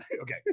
okay